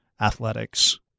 athletics